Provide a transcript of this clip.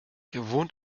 wohnt